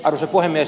arvoisa puhemies